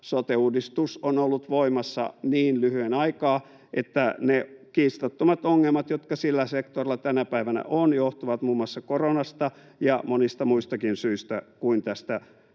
sote-uudistus on ollut voimassa niin lyhyen aikaa, että ne kiistattomat ongelmat, jotka sillä sektorilla tänä päivänä ovat, johtuvat muun muassa koronasta ja monista muistakin syistä kuin tästä